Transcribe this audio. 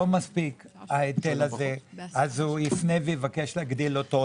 מספיק אז הוא יפנה ויבקש להגדיל אותו,